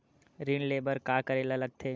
ऋण ले बर का करे ला लगथे?